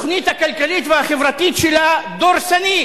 התוכנית הכלכלית והחברתית שלה דורסנית.